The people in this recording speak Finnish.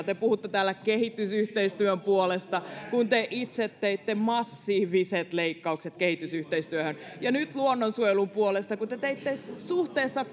te puhutte täällä kehitysyhteistyön puolesta kun te itse teitte massiiviset leikkaukset kehitysyhteistyöhön ja nyt luonnonsuojelun puolesta kun te te teitte suhteessa